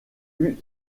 eut